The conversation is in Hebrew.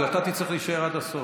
אבל אתה תצטרך להישאר עד הסוף,